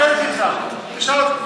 חבר הכנסת קרעי, מספיק.